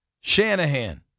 Shanahan